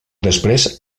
després